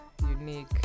Unique